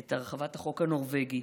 את הרחבת החוק הנורבגי.